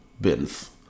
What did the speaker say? bins